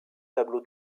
tableau